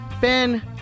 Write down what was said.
Ben